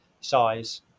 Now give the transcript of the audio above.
size